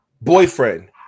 boyfriend